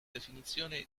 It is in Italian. definizione